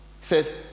says